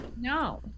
No